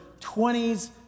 20s